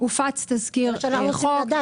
הופץ תזכיר חוק.